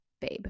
babe